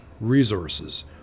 resources